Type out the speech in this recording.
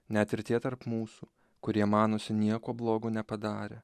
net ir tie tarp mūsų kurie manosi nieko blogo nepadarę